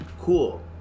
Cool